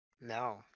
No